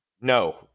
no